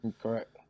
Correct